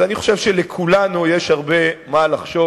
אז אני חושב שלכולנו יש הרבה מה לחשוב